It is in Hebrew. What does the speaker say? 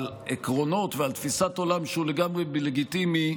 על עקרונות ועל תפיסת עולם, שהוא לגמרי לגיטימי,